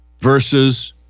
versus